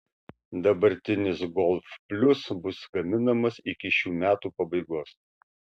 dabartinis golf plius bus gaminamas iki šių metų pabaigos